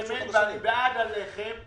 ואני בעד על לחם.